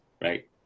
right